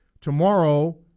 tomorrow